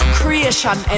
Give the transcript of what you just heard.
creation